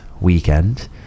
weekend